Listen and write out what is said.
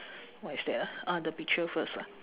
what is that ah ah the picture first lah